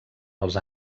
els